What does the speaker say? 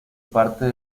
parte